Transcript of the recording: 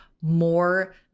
more